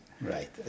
Right